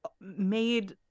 made